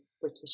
British